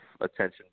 attention